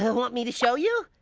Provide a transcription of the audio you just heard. ah want me to show you?